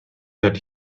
that